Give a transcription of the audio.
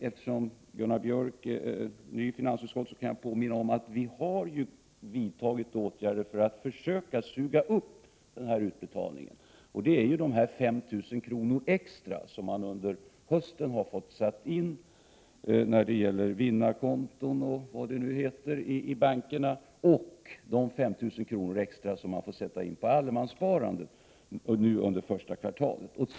Eftersom Gunnar Björk är ny i finansutskottet, vill jag erinra om att vi ju har vidtagit åtgärder för att så att säga suga upp denna utbetalning. Under hösten har man ju fått sätta in 5 000 kr. extra på vinnarkonto, eller vad det nu kallas för i bankerna. Och under första kvartalet nästa år får man också sätta in 5 000 kr. extra på allemanssparandet.